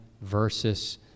versus